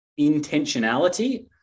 intentionality